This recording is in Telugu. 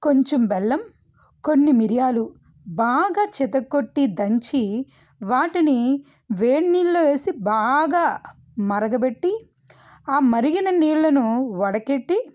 కొంచెం బెల్లం కొన్ని మిరియాలు బాగా చితగ కొట్టి దంచి వాటిని వేడి నీళ్ళలో వేసి బాగా మరగపెట్టి ఆ మరిగిన నీళ్ళను వడగట్టి